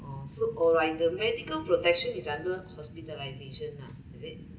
oh so or like the medical protection is under hospitalisation ah is it